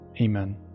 Amen